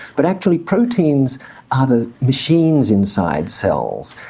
but actually proteins are the machines inside cells,